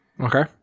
okay